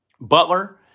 Butler